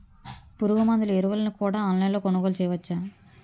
పురుగుమందులు ఎరువులను కూడా ఆన్లైన్ లొ కొనుగోలు చేయవచ్చా?